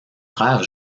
frère